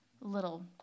little